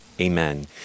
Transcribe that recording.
Amen